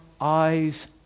eyes